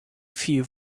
few